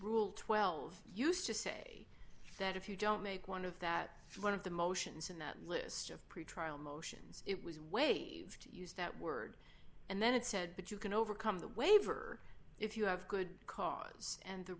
rule twelve used to say that if you don't make one of that one of the motions in the list of pretrial motions it was waived to use that word and then it said that you can overcome the waiver if you have good cause and the